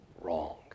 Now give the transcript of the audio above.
Wrong